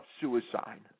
suicide